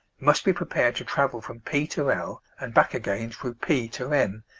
must be prepared to travel from p to l, and back again through p to m,